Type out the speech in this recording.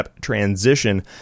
Transition